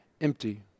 empty